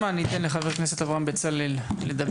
לחבר הכנסת אברהם בצלאל לדבר.